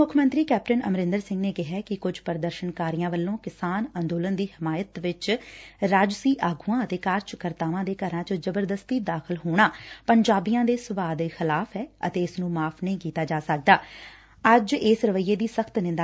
ਮੁੱਖ ਮੰਤਰੀ ਕੈਪਟਨ ਅਮਰੰਦਰ ਸਿੰਘ ਨੇ ਕੁਝ ਪ੍ਰਦਰਸ਼ਨਕਾਰੀਆਂ ਵੱਲੋਂ ਕਿਸਾਨ ਅੰਦੋਲਨ ਦੀ ਹਿਮਾਇਤ ਚ ਰਾਜਸੀ ਆਗੂਆਂ ਅਤੇ ਕਾਰਜਕਰਤਾਵਾਂ ਦੇ ਘਰਾਂ ਵਿਚ ਜਬਰਦਸਤੀ ਦਾਖਲ ਹੋਣਾ ਪੰਜਾਬੀਆਂ ਦੇ ਸੁਭਾਅ ਦੇ ਖਿਲਾਫ਼ ਏ ਅਤੇ ਇਸ ਨੂੰ ਮਾਫ਼ ਨਹੀਂ ਕੀਤਾ ਜਾ ਸਕਦਾ